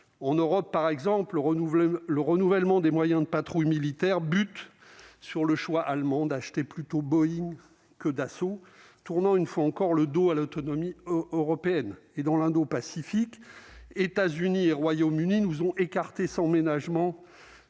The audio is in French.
on Europe par exemple, renouveler le renouvellement des moyens de patrouilles militaires bute sur le choix allemand acheter plutôt Boeing que Dassault tournant une fois encore le dos à l'autonomie au européenne et dans l'indo-Pacifique : États-Unis, Royaume-Uni nous ont écarté sans ménagement